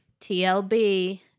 TLB